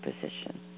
position